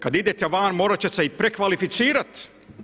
Kad idete van, morati ćete se i prekvalificirati.